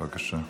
בבקשה.